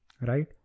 right